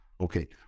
Okay